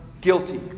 guilty